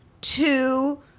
two